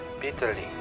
bitterly